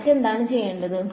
മറ്റെന്താണ് ചെയ്യേണ്ടത്